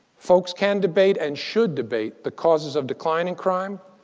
folks can debate and should debate the causes of declining crime.